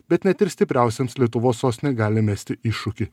bet net ir stipriausiems lietuvos sostinė gali mesti iššūkį